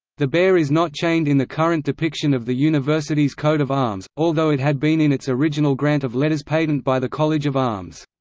the bear is not chained in the current depiction of the university's coat of arms, although it had been in its original grant of letters patent by the college of arms.